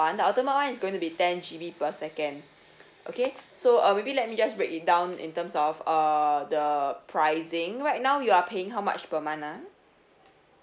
the ultimate one is going to be ten G_B per second okay so uh maybe let me just break it down in terms of uh the pricing right now you are paying how much per month ah